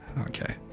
Okay